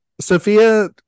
Sophia